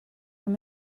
him